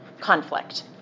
conflict